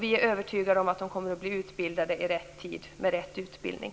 Vi är övertygade om att de kommer att bli utbildade i rätt tid med rätt utbildning.